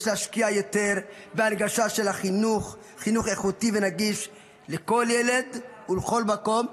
יש להשקיע יותר בהנגשה של חינוך איכותי ונגיש לכל ילד ובכל מקום,